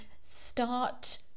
start